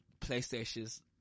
PlayStation's